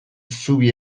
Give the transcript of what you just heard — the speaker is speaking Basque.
zubi